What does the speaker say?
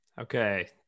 Okay